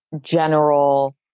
general